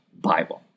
bible